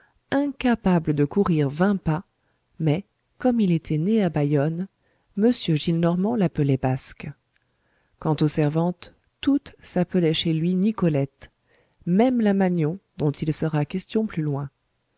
incapable de courir vingt pas mais comme il était né à bayonne m gillenormand l'appelait basque quant aux servantes toutes s'appelaient chez lui nicolette même la magnon dont il sera question plus loin